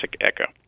echo